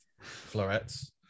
florets